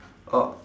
oh